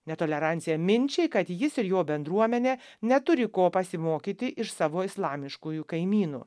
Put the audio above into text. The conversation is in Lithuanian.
netolerancija minčiai kad jis ir jo bendruomenė neturi ko pasimokyti iš savo islamiškųjų kaimynų